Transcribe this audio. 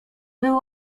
były